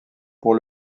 pour